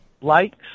likes